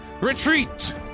Retreat